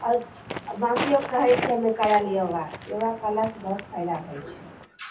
आओर बाँकिओके कहै छिए हमे करैले योगा योगा करलासे बहुत फायदा होइ छै